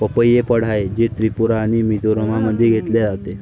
पपई हे फळ आहे, जे त्रिपुरा आणि मिझोराममध्ये घेतले जाते